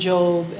Job